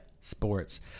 Sports